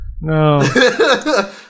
No